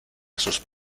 sus